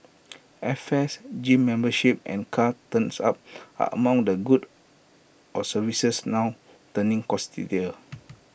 airfares gym memberships and car turns up are among the goods or services now turning costlier